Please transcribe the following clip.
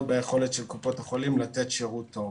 ביכולת של קופות החולים לתת שירות טוב.